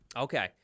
Okay